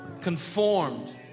conformed